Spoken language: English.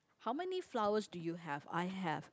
how many flowers do you have I have